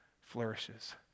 flourishes